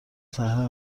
صحنه